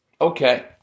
Okay